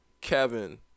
Kevin